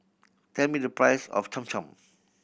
tell me the price of Cham Cham